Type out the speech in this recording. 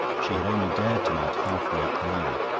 she had only dared to mount half-way up the ladder.